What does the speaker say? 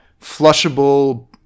flushable